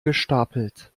gestapelt